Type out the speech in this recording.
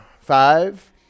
Five